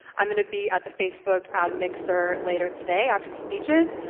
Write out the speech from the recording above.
i'm gonna be at the facebook ad mixer later today, after the speeches,